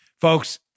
Folks